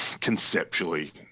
conceptually